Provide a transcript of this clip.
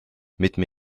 mitme